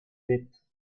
bêtes